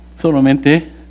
Solamente